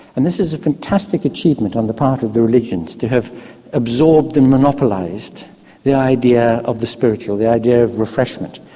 and this is a fantastic achievement on the part of the religions to have absorbed and monopolised the idea of the spiritual, the idea of refreshment.